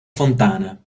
fontana